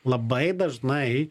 labai dažnai